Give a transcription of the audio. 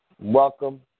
Welcome